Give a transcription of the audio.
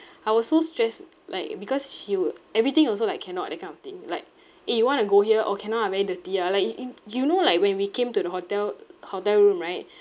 I was so stressed like because she would everything also like cannot that kind of thing like eh you want to go here orh cannot ah very dirty ah like i~ i~ you know like when we came to the hotel hotel room right